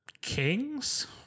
kings